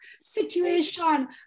situation